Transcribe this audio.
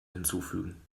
hinzufügen